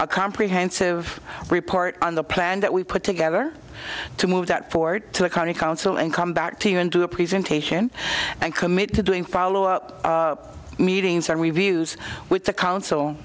a comprehensive report on the plan that we put together to move that forward to a county council and come back to you and do a presentation and commit to doing follow up meetings and reviews with the council